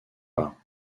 pas